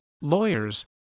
lawyers